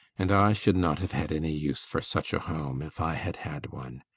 and i should not have had any use for such a home, if i had had one.